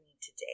today